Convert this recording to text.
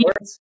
words